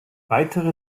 weitere